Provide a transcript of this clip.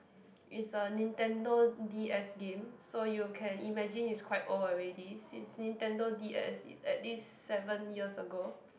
is a Nintendo-D_S game so you can imagine it's quite old already since Nintendo-D_S is at least seven years ago